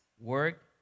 work